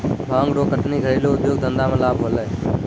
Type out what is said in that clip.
भांग रो कटनी घरेलू उद्यौग धंधा मे लाभ होलै